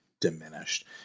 diminished